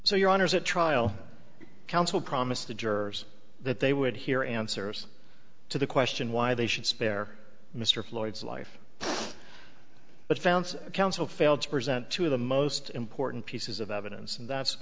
so your honour's at trial counsel promised the jurors that they would hear answers to the question why they should spare mr floyd's life but found counsel failed to present two of the most important pieces of evidence and that's